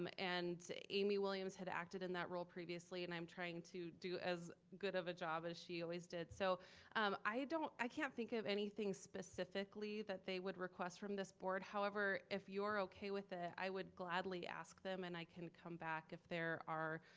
um and amy williams had acted in that role previously and i'm trying to do as good of a job as she always did. so um i don't, i can't think of anything specifically that they would request from this board. however, if you're okay with it, i would gladly ask them and i can come back if there are